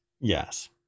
Yes